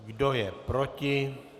Kdo je proti?